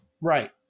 Right